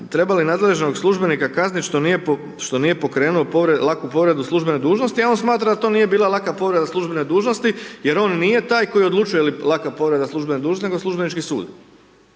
treba li nadležnog službenika kaznit što nije pokrenuo laku povredu službene dužnosti, a on smatra da to nije bila laka povreda službene dužnosti jer on nije taj koji odlučuje je li laka povreda službene dužnosti, nego Službenički sud.